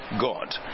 God